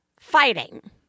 fighting